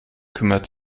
kümmert